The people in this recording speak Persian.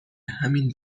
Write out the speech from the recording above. همین